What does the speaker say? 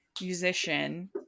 musician